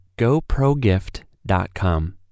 goprogift.com